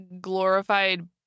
glorified